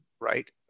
right